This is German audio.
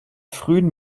frühen